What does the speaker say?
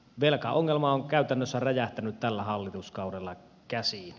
velkaongelma on käytännössä räjähtänyt tällä hallituskaudella käsiin